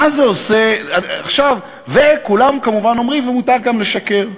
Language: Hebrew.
מה זה עושה, וכולם כמובן אומרים, ומותר גם לשקר.